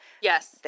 yes